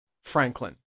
franklin